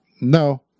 No